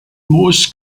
moos